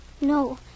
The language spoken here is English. No